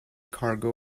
cargo